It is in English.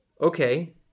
okay